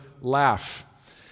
laugh